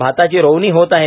भाताची रोवणी होत आहे